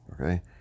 okay